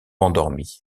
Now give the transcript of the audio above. endormi